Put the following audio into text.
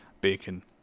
bacon